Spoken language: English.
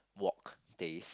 wok taste